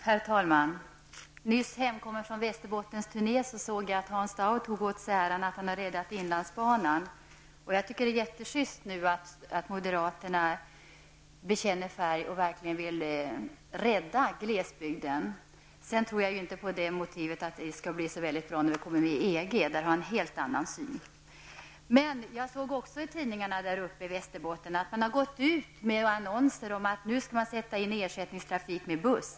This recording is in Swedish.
Herr talman! Nyss hemkommen från Västerbottensturnén såg jag att Hans Dau tog åt sig äran av att ha räddat inlandsbanan. Det är bra att moderaterna bekänner färg och verkligen vill rädda glesbygden. Jag tror däremot inte på motivet att det skall vara så bra när Sverige går med i EG. Där har jag en helt annan syn. Jag såg också i tidningarna i Västerbotten att man har gått ut med annonser om att sätta in ersättningstrafik med buss.